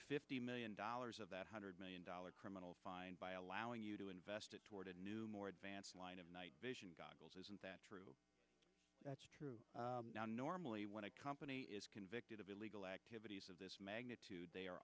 fifty million dollars of that hundred million dollar criminal fine by allowing you to invest it toward a new more advanced night vision goggles isn't that true that's true now normally when a company is convicted of illegal activities of this magnitude they